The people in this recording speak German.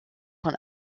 von